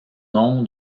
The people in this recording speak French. nom